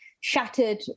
shattered